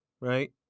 right